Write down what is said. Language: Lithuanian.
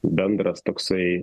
bendras toksai